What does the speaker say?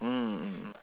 mm mm mm